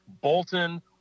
bolton